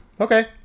Okay